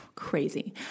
crazy